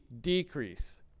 decrease